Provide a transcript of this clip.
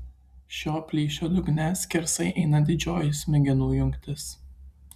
šio plyšio dugne skersai eina didžioji smegenų jungtis